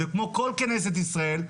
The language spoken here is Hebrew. וכמו כל כנסת ישראל,